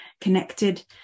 connected